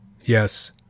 Yes